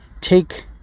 take